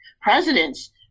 presidents